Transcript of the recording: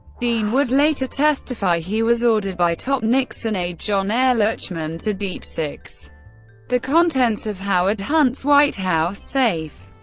dean would later testify he was ordered by top nixon aide john ehrlichman to deep six the contents of howard hunt's white house safe.